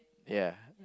ya